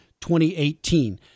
2018